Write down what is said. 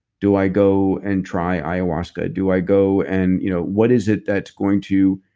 do i go and try iowaska? do i go and. you know, what is it that's going to